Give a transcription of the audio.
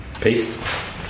Peace